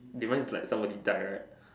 even if it's like somebody die right